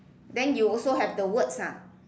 then you also have the words ah